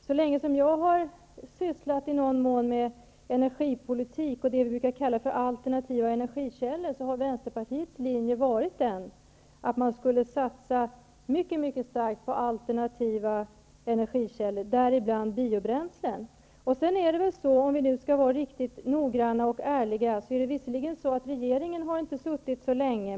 Så länge som jag i någon mån har sysslat med energipolitik och det vi kallar alternativa energikällor, har Vänsterpartiets linje varit att satsa mycket starkt på alternativa energikällor och däribland biobränslen. Om vi skall vara riktigt noggranna och ärliga har den nuvarande regeringen visserligen inte suttit så länge.